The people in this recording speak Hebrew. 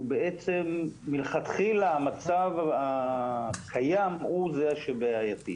ולכן מלכתחילה המצב הקיים הוא זה שבעייתי.